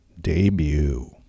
debut